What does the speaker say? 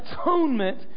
atonement